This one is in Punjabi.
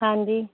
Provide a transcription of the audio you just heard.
ਹਾਂਜੀ